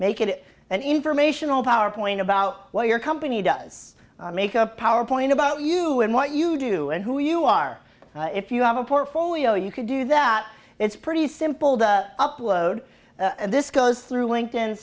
make it an informational power point about what your company does make a power point about you and what you do and who you are if you have a portfolio you can do that it's pretty simple the upload this goes through lin